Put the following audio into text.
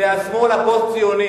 זה השמאל הפוסט-ציוני.